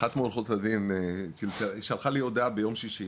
אחת מעורכות הדין שלחה לי הודעה ביום שישי.